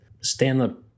stand-up